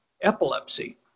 epilepsy